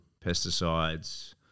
pesticides